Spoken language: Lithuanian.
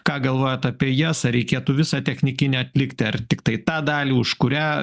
ką galvojat apie jas ar reikėtų visą technikinę atlikti ar tiktai tą dalį už kurią